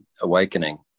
awakening